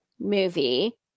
movie